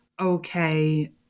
okay